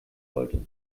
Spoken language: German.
sollte